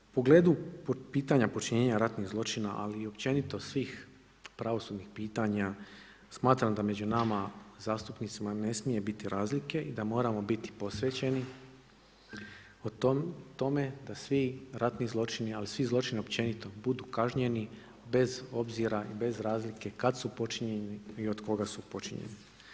U pogledu pitanja počinjenja ratnih zločina, ali općenito svih pravosudnih pitanja smatram da među nama zastupnicima ne smije biti razlike i da moramo biti posvećeni tome da svi ratni zločini, ali svi zločini općenito budu kažnjeni bez obzira i bez razlike kada su počinjeni i od koga su počinjeni.